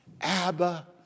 Abba